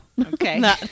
Okay